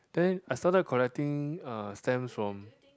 then I started collecting uh stamps from